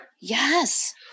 Yes